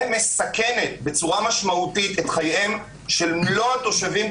2. מסכנת בצורה משמעותית את חייהם של מלוא התושבים,